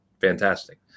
fantastic